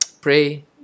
pray